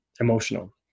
emotional